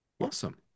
Awesome